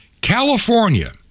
California